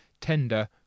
tender